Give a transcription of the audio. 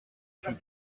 fut